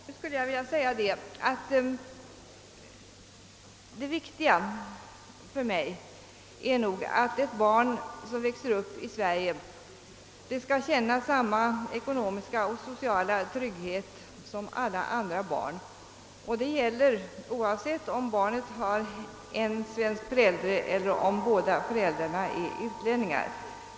Jag skulle vilja säga att det viktiga för mig är att ett barn som växer upp i Sverige skall känna samma ekonomiska och sociala trygghet som alla andra barn, vare sig barnet har en svensk förälder eller båda föräldrarna är utlänningar.